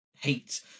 hate